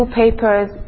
papers